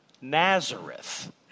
Nazareth